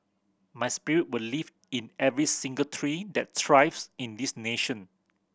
my spirit will live in every single tree that thrives in this nation